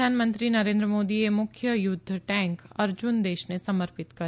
પ્રધાનમંત્રી નરેન્દ્ર મોદીએ મુખ્ય યુધ્ધ ટેન્ક અર્જુન દેશને સમર્પિત કરી